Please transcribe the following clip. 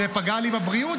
זה פגע לי בבריאות,